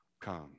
come